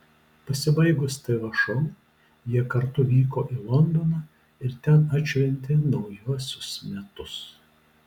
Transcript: pasibaigus tv šou jie kartu vyko į londoną ir ten atšventė naujuosius metus